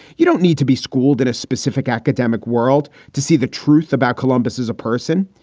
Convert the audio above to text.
you don't need to be schooled in a specific academic world to see the truth about columbus as a person.